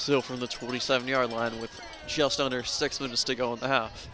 so from the twenty seven yard line with just under six minutes to go in the h